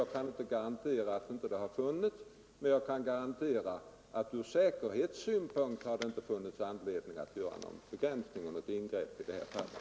Jag kan inte garantera att det inte har förekommit sådant, men jag kan garantera att det från säkerhetssynpunkt inte har funnits någon anledning att företa något ingrepp i detta fall.